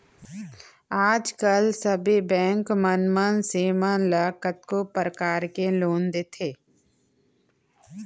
आज काल सबे बेंक मन मनसे मन ल कतको परकार के लोन देथे